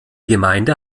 gemeinde